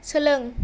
सोलों